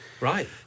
right